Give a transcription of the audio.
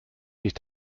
sich